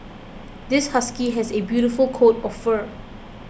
this husky has a beautiful coat of fur